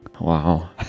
Wow